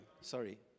Sorry